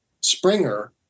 Springer